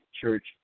church